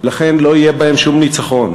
ולכן לא יהיה בהם שום ניצחון,